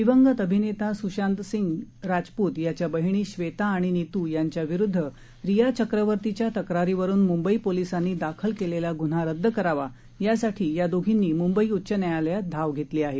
दिवंगत अभिनेत स्शांत सिंग यांच्या बहिणी श्वेता आणि नितू यांच्या विरुद्ध रिया चक्रवतीच्या तक्रारीवरुन मुंबई पोलिसांनी दाखल केलेला गुन्हा रद्द करावा यासाठी या दोघींनी म्ंबई उच्च न्यायालयात धाव घेतली आहे